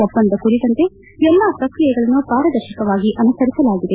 ಒಪ್ಪಂದ ಕುರಿತಂತೆ ಎಲ್ಲಾ ಪ್ರಕ್ರಿಯೆಗಳನ್ನು ಪಾರದರ್ಶಕವಾಗಿ ಅನುಸರಿಸಲಾಗಿದೆ